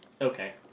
Okay